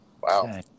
Wow